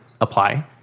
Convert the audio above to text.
apply